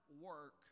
work